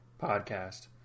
podcast